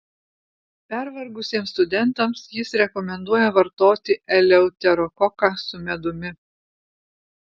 pervargusiems studentams jis rekomenduoja vartoti eleuterokoką su medumi